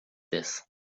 this